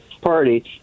Party